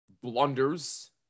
blunders